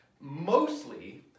Mostly